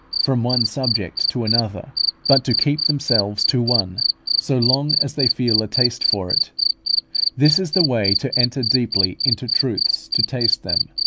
from one subject to another but to keep themselves to one so long as they feel a taste for it this is the way to enter deeply into truths, to taste them,